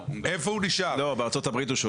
הוא שואל על ארצות הברית.